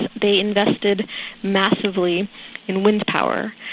and they invested massively in wind power.